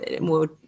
more